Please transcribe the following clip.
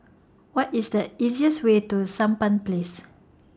What IS The easiest Way to Sampan Place